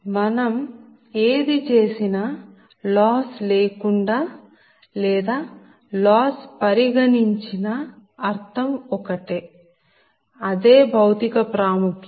మనం ఏది చేసినా లాస్ లేకుండా లేదా లాస్ పరిగణించినా అర్థం ఒకటేఅదే భౌతిక ప్రాముఖ్యత